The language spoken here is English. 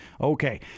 okay